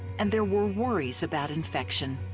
and there were worries about infection.